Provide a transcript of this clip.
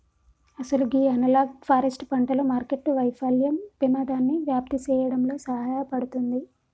అసలు గీ analog forest పంటలు మార్కెట్టు వైఫల్యం పెమాదాన్ని వ్యాప్తి సేయడంలో సహాయపడుతుంది